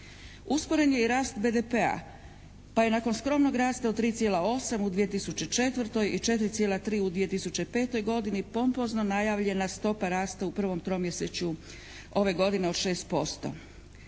Usporen je i rast BDP-a pa je nakon skromnog rasta od 3,8 u 2004. i 4,3 u 2005. godini pompozno najavljena stopa rasta u prvom tromjesečju ove godine od 6%.